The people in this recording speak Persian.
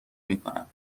میکنم